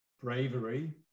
bravery